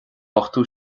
ochtó